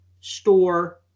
store